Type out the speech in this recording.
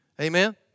Amen